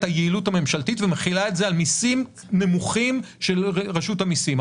היעילות הממשלתית ומחילה את זה על מיסים נמוכים של רשות המיסים.